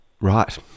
Right